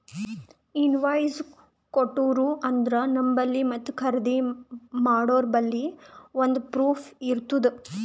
invoice ಕೊಟ್ಟೂರು ಅಂದ್ರ ನಂಬಲ್ಲಿ ಮತ್ತ ಖರ್ದಿ ಮಾಡೋರ್ಬಲ್ಲಿ ಒಂದ್ ಪ್ರೂಫ್ ಇರ್ತುದ್